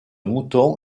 mouton